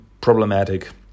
problematic